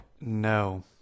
No